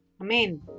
Amen